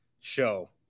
show